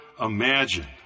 imagine